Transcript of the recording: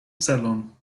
celon